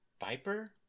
viper